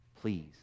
please